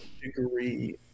degree